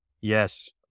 Yes